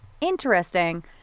interesting